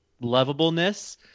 lovableness